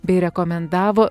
bei rekomendavo